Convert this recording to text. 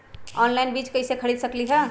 Online बीज कईसे खरीद सकली ह?